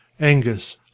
Angus